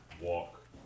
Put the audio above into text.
walk